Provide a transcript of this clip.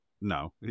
no